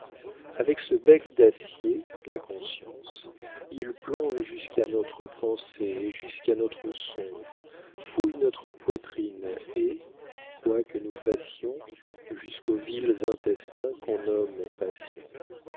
avec ce bec d'acier la conscience il plonge jusqu'à notre pensée et jusqu'à notre songe fouille notre poitrine et quoi que nous fassions jusqu'aux vils intestins qu'on nomme passions